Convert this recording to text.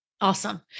Awesome